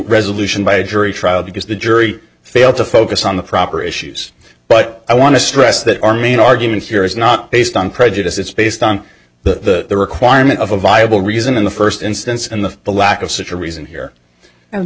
resolution by a jury trial because the jury failed to focus on the proper issues but i want to stress that our main argument here is not based on prejudice it's based on the requirement of a viable reason in the first instance and the the lack of such a reason here